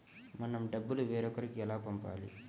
మన డబ్బులు వేరొకరికి ఎలా పంపాలి?